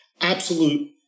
absolute